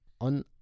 on